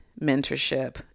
mentorship